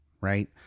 right